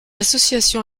association